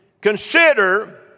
Consider